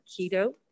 keto